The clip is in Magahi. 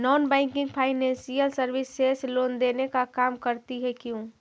Non banking financial services loan देने का काम करती है क्यू?